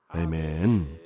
Amen